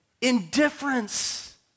Indifference